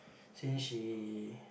since she